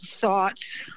thoughts